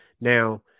now